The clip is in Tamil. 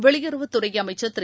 வெளியுறவுத் துறை அமைச்சர் திரு